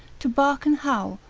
to bark and howl,